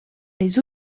les